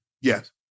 yes